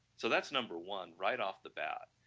so that's number one right off the bag.